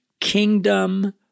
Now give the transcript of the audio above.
kingdom